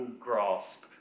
grasp